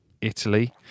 Italy